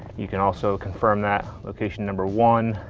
you can also confirm that location number one,